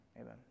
Amen